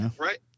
Right